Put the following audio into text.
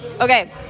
Okay